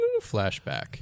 flashback